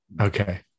okay